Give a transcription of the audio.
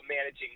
managing